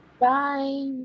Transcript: Bye